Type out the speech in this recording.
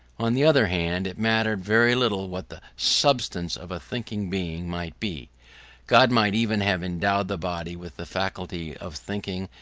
on the other hand it mattered very little what the substance of a thinking being might be god might even have endowed the body with the faculty of thinking,